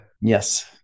Yes